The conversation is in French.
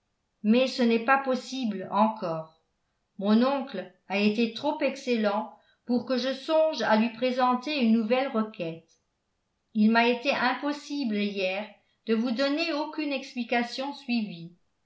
mais ce n'est pas possible encore mon oncle a été trop excellent pour que je songe à lui présenter une nouvelle requête il m'a été impossible hier de vous donner aucune explication suivie